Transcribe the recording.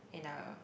in a